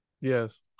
Yes